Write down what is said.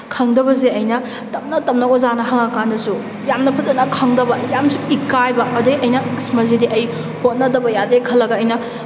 ꯈꯪꯗꯕꯁꯦ ꯑꯩꯅ ꯇꯞꯅ ꯇꯞꯅ ꯑꯣꯖꯥꯅ ꯍꯪꯉꯀꯥꯟꯗꯁꯨ ꯌꯥꯝꯅ ꯐꯖꯅ ꯈꯪꯗꯕ ꯌꯥꯝꯅꯁꯨ ꯏꯀꯥꯏꯕ ꯑꯗꯨꯗꯩ ꯑꯩꯅ ꯑꯁ ꯃꯁꯤꯗꯤ ꯑꯩ ꯍꯣꯠꯅꯗꯕ ꯌꯥꯗꯦ ꯈꯜꯂꯒ ꯑꯩꯅ